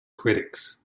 critics